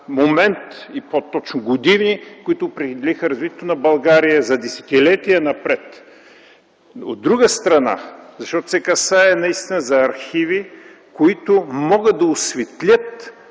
и по-точно години, които определиха развитието на България за десетилетия напред. От друга страна, защото се касае наистина за архиви, които могат да осветлят